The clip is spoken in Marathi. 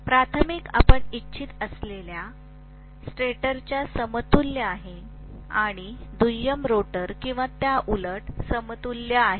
प्राथमिक आपण इच्छित असल्यास स्टेटरच्या समतुल्य आहे आणि दुय्यम रोटर किंवा त्याउलट समतुल्य आहे